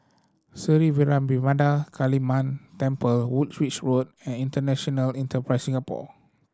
Sri Vairavimada Kaliamman Temple Woolwich Road and International Enterprise Singapore